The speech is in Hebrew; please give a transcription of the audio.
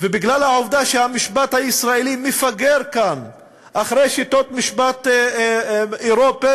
ובגלל העובדה שהמשפט הישראלי מפגר כאן אחרי שיטות משפט אירופיות,